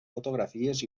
fotografies